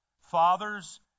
Fathers